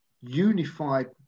unified